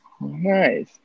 Nice